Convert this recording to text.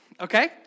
Okay